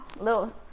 Little